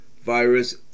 virus